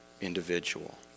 individual